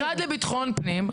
המשרד לביטחון פנים,